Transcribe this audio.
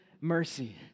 mercy